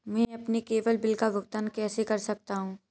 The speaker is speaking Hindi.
मैं अपने केवल बिल का भुगतान कैसे कर सकता हूँ?